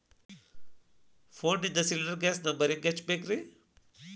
ಫೋನಿಂದ cylinder gas number ಹೆಂಗ್ ಹಚ್ಚ ಬೇಕ್ರಿ?